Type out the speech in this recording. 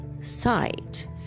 sight